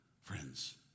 friends